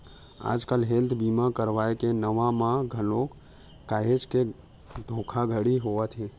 आजकल हेल्थ बीमा करवाय के नांव म घलो काहेच के धोखाघड़ी होवत हे